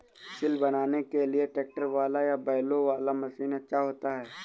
सिल बनाने के लिए ट्रैक्टर वाला या बैलों वाला मशीन अच्छा होता है?